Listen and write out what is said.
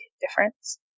difference